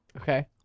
Okay